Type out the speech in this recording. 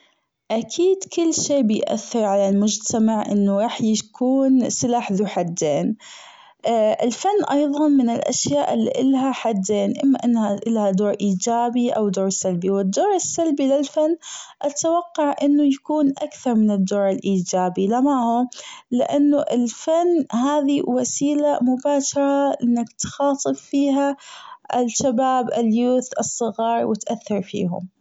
أكيد كل شي بيأثر على المجتمع أنه راح يكون سلاح ذو حدين الفن أيظا من الأشياء اللي إلها حدين أما إنها إلها دور إيجابي أو دور سلبي والدور السلبي للفن أتوقع أنه يكون أكثر من الدور الإيجابي لو معه لأنه الفن هذي وسيلة مباشرة إنك تخاطب فيها الشباب ال youth الصغار وتأثر فيهم.